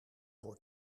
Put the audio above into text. voor